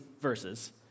verses